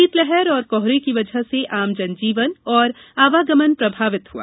शीतलहर और कोहरे की वजह से आम जन जीवन और आवागमन प्रभावित हुआ